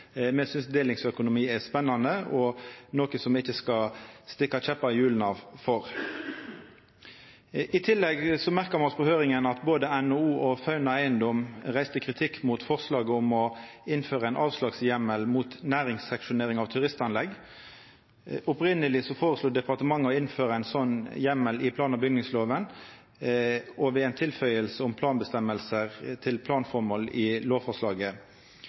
Me synest delingsøkonomi er spennande og noko me ikkje skal stikka kjeppar i hjula for. I tillegg merka me oss i høyringa at både NHO og Fauna eiendom reiste kritikk mot forslaget om å innføra ein avslagsheimel mot næringsseksjonering av turistanlegg. Opphavleg føreslo departementet å innføra ein slik heimel i plan- og bygningslova, og ved ei tilføying om planbestemming til planformål i lovforslaget.